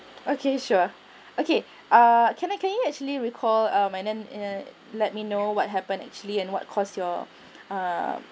okay sure okay ah can I can you actually recall um by then uh let me know what happen actually and what cause your err